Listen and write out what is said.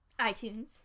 iTunes